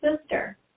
sister